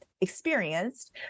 experienced